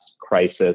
crisis